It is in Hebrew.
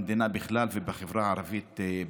במדינה בכלל ובחברה הערבית בפרט.